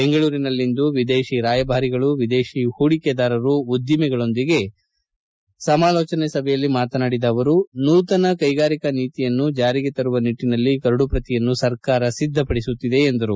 ಬೆಂಗಳೂರಿನಲ್ಲಿಂದು ವಿದೇಶಿ ರಾಯಭಾರಿಗಳುವಿದೇಶಿ ಹೂಡಿಕೆದಾರರು ಉದ್ಮಿಗಳೊಂದಿಗೆ ನಡೆದ ಸಮಲೋಚನಾ ಸಭೆಯಲ್ಲಿ ಮಾತನಾಡಿದ ಅವರು ನೂತನ ಕೈಗಾರಿಕಾ ನೀತಿಯನ್ನು ಜಾರಿಗೆ ತರುವ ನಿಟ್ಟಿನಲ್ಲಿ ಕರಡು ಪ್ರತಿಯನ್ನು ಸರ್ಕಾರ ಸಿದ್ಧಪಡಿಸುತ್ತಿದೆ ಎಂದರು